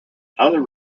other